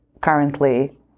currently